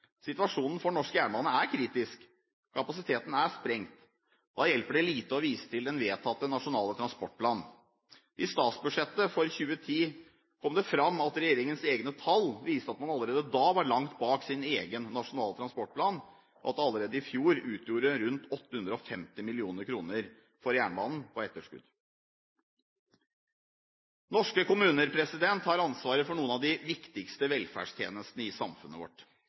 Situasjonen for norsk jernbane er kritisk. Kapasiteten er sprengt. Da hjelper det lite å vise til den vedtatte nasjonale transportplanen. I statsbudsjettet for 2010 kom det fram at regjeringens egne tall viste at man allerede da var langt bak sin egen Nasjonal transportplan, og at allerede i fjor utgjorde det rundt 850 mill. kroner på jernbanen på etterskudd. Norske kommuner har ansvaret for noen av de viktigste velferdstjenestene i samfunnet vårt.